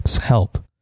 help